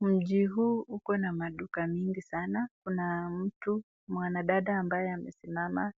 Mji huu uko na maduka mingi sana kuna mtu mwanadada ambaye amesimama